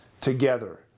together